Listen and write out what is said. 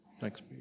Thanks